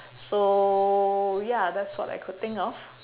so ya that's what I could think of